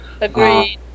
Agreed